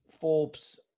Forbes